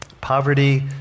poverty